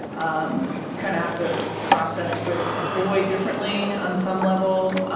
um you kind of have to process with a boy differently on some level. ah